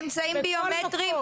בכל מקום.